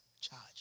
charge